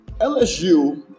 LSU